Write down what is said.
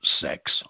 sex